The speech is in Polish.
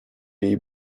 jej